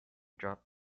dropped